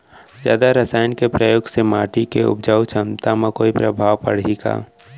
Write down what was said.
जादा रसायन के प्रयोग से माटी के उपजाऊ क्षमता म कोई प्रभाव पड़ही का?